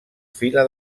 fila